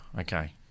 okay